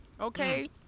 Okay